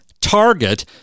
target